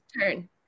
turn